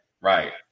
Right